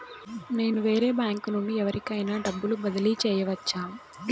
నేను వేరే బ్యాంకు నుండి ఎవరికైనా డబ్బు బదిలీ చేయవచ్చా?